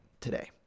today